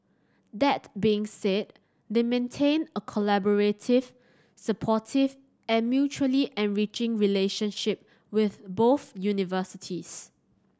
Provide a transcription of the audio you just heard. that being said they maintain a collaborative supportive and mutually enriching relationship with both universities